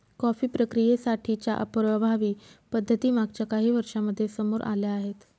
coffee प्रक्रियेसाठी च्या प्रभावी पद्धती मागच्या काही वर्षांमध्ये समोर आल्या आहेत